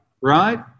right